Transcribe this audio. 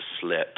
slip